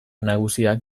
nagusiak